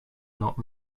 not